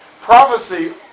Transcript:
prophecy